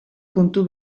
puntu